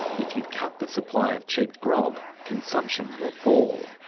if you cut the supply of cheap grog, consumption will fall.